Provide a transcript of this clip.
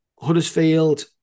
Huddersfield